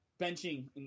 benching